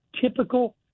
typical